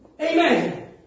Amen